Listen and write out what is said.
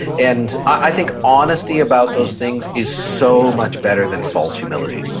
and i think honesty about those things is so much better than false humility.